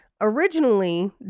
Originally